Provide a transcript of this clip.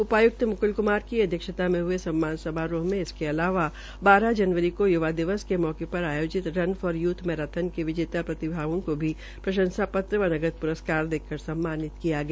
उपायुक्त मुकुल कुमार की अध्यक्षता मे हये सम्मान समारोह में इसके अलावा बारह जनवरी का यूवा दिवस के मौके पर आयोजित रन फार यूथ मैराथन के वितेता प्रतिभागियों को भी प्रंशसा पत्र नगद पुरस्कार देकर सम्मानित किया गया